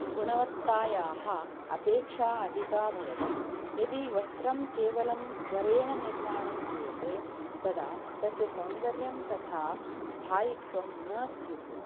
गुणवत्तायाः अपेक्षा अधिका भवति यदि वस्त्रं केवलं त्वरेण निर्माणं क्रियते तदा तस्य सौन्दर्यं तथा स्थायित्वं न स्युः